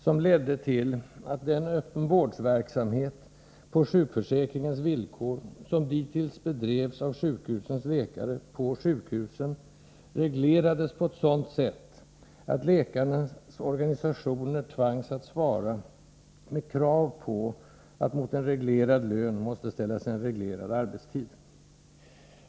Detta ledde till att den öppenvårdsverksamhet på sjukförsäkringens villkor som dittills bedrevs av sjukhusens läkare på sjukhusen reglerades på ett sådant sätt att läkarnas organisationer tvangs att svara med kravet på att mot en reglerad lön måste ställas en reglerad arbetstid.